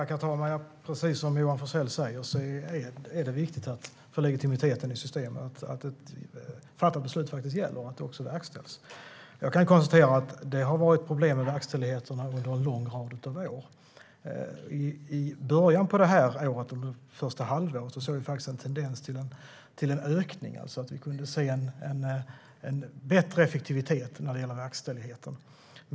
Herr talman! Precis som Johan Forssell säger är det viktigt för legitimiteten i systemet att ett fattat beslut faktiskt gäller och att det verkställs. Jag kan konstatera att det har varit problem med verkställigheten över en lång rad av år. Under det första halvåret i år såg vi en tendens till en ökning. Vi kunde alltså se en bättre effektivitet när det gäller verkställigheten.